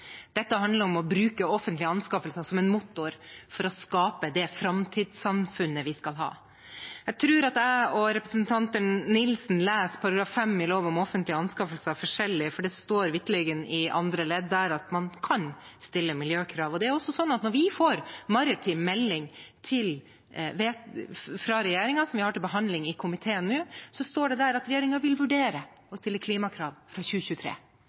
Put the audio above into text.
handler om å bruke offentlige anskaffelser som en motor for å skape det framtidssamfunnet vi skal ha. Jeg tror at jeg og representanten Nilsen leser § 5 i lov om offentlige anskaffelser forskjellig, for det står vitterlig i andre ledd der at man kan stille miljøkrav. I maritim melding fra regjeringen, som vi har til behandling i komiteen nå, står det at regjeringen vil vurdere å stille klimakrav fra 2023.